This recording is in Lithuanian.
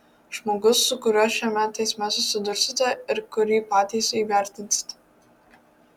žmogus su kuriuo šiame teisme susidursite ir kurį patys įvertinsite